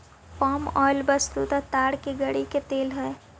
पाम oil वस्तुतः ताड़ के गड़ी के तेल हई